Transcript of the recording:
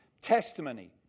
testimony